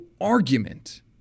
argument